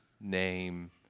name